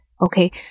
Okay